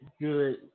good